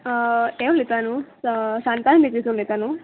हें उलयता न्हू सांताच उलयता न्हू